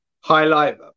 Highlight